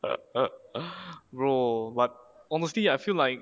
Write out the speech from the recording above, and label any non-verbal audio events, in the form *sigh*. *laughs* bro but honestly I feel like